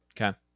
Okay